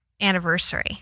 anniversary